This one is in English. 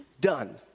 Done